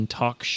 talk